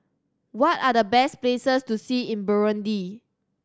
what are the best places to see in Burundi